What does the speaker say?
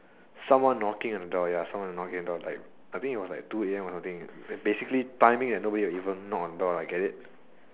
someone knocking on the door ya someone knocking on the door like I think it was like two a_m or something basically timing that nobody would even knock on the door get it